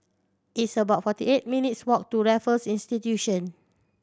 it's about forty eight minutes' walk to Raffles Institution